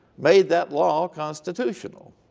made that law constitutional.